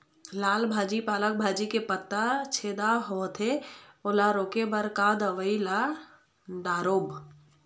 लाल भाजी पालक भाजी के पत्ता छेदा होवथे ओला रोके बर का दवई ला दारोब?